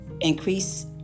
Increase